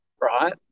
right